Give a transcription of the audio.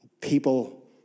People